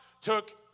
took